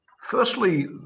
Firstly